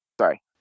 sorry